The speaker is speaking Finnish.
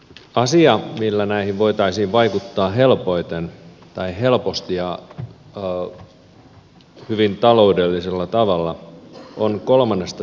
asia millä näihin voitaisiin vaikuttaa helposti ja hyvin taloudellisella tavalla on kolmannesta sektorista huolta pitämällä